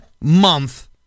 month